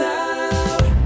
out